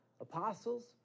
apostles